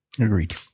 Agreed